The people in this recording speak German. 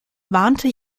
warnte